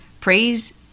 Praise